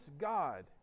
God